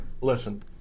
Listen